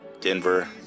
Denver